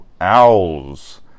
Owls